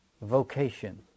vocation